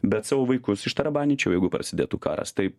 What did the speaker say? bet savo vaikus ištarabanyčiau jeigu prasidėtų karas tai